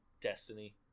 Destiny